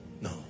no